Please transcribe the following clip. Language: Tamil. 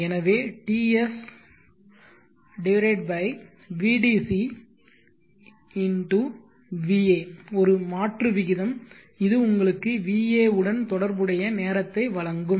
எனவே TS by vdc பெருக்கல் va ஒரு மாற்று விகிதம் இது உங்களுக்கு va உடன் தொடர்புடைய நேரத்தை வழங்கும்